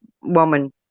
woman